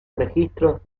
registros